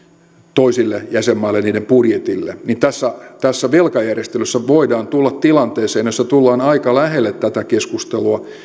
toisten jäsenmaiden budjeteille niin tässä tässä velkajärjestelyssä voidaan tulla tilanteeseen jossa tullaan aika lähelle tätä keskustelua